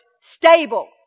stable